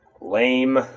Lame